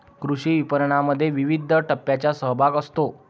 कृषी विपणनामध्ये विविध टप्प्यांचा सहभाग असतो